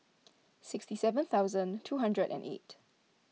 sixty seven thousand two hundred and eight